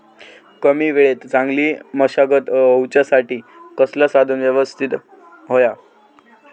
कमी वेळात चांगली मशागत होऊच्यासाठी कसला साधन यवस्तित होया?